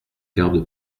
garde